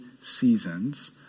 seasons